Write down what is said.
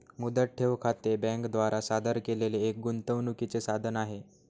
मुदत ठेव खाते बँके द्वारा सादर केलेले एक गुंतवणूकीचे साधन आहे